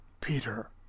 Peter